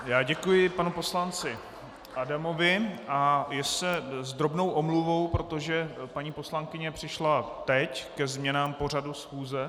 Já děkuji panu poslanci Adamovi a s drobnou omluvou, protože paní poslankyně přišla teď ke změnám pořadu schůze.